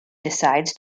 decides